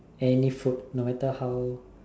any food no matter how